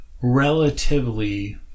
relatively